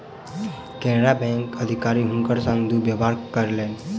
केनरा बैंकक अधिकारी हुनकर संग दुर्व्यवहार कयलकैन